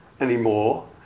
anymore